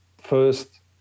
first